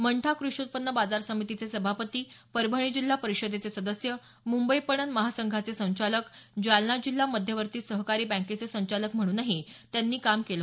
मंठा कृषी उत्पन्न बाजार समितीचे सभापती परभणी जिल्हा परिषदेचे सदस्य मुंबई पणन महासंघाचे संचालक जालना जिल्हा मध्यवर्ती सहकारी बँकेचे संचलाक म्हणूनही त्यांनी काम केलं